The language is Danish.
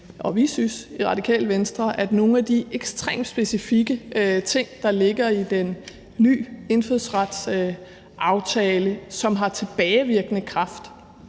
vi synes i Det Radikale Venstre, at nogle af de ekstremt specifikke ting, der ligger i den nye indfødsretsaftale, som har tilbagevirkende kraft,